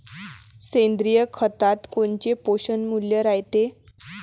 सेंद्रिय खतात कोनचे पोषनमूल्य रायते?